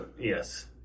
yes